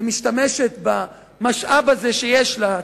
שמשתמשת במשאב הזה שיש לה,